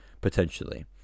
potentially